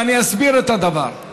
ואני אסביר את הדבר.